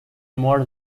more